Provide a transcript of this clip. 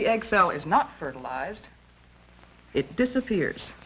is not fertilized it disappears